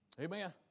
Amen